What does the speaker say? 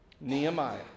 Nehemiah